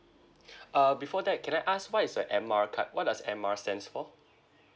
uh before that can I ask what is a air mile card what does air miles stands for